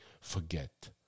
forget